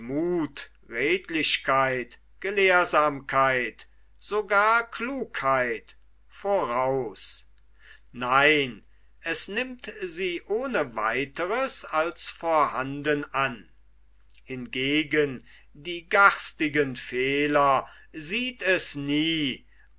muth redlichkeit gelehrsamkeit sogar klugheit voraus nein es nimmt sie ohne weiteres als vorhanden an hingegen die garstigen fehler sieht es nie